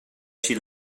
she